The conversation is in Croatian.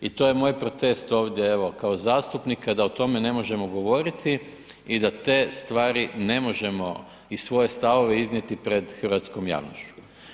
I to je moj protest ovdje evo kao zastupnika da o tome ne možemo govoriti i da te stvari ne možemo i svoje stavove iznijeti pred hrvatskom javnošću.